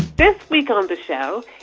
this week on the show,